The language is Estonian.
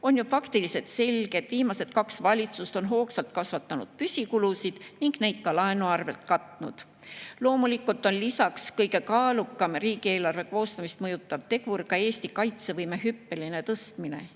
On ju faktiliselt selge, et viimased kaks valitsust on hoogsalt kasvatanud püsikulusid ning neid ka laenu arvelt katnud. Loomulikult on kõige kaalukam riigieelarve koostamist mõjutav tegur ka Eesti kaitsevõime hüppeline tõstmine.